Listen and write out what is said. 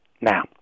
Now